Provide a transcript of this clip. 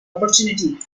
opportunity